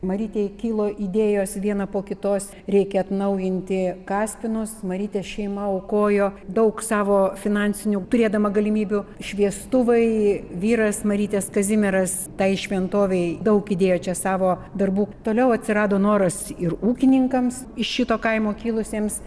marytei kilo idėjos vieną po kitos reikia atnaujinti kaspinus marytės šeima aukojo daug savo finansinių turėdama galimybių šviestuvai vyras marytės kazimieras tai šventovei daug įdėjo čia savo darbų toliau atsirado noras ir ūkininkams iš šito kaimo kilusiems